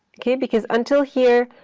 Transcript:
okay, because until here,